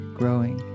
growing